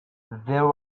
there